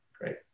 Great